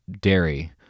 dairy